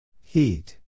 Heat